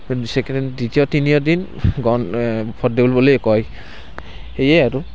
second দ্বিতীয় দিন গণ ভদ দেউল বুলিয়ে কয় সেয়ে আৰু